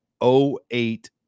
08